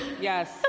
Yes